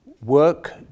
Work